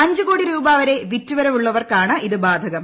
അഞ്ച് കോടി രൂപാ വരെ വിറ്റുവരവുള്ളവർക്കാണ് ഇത് ബാധകം